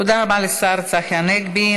תודה רבה לשר צחי הנגבי.